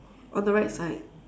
on the right side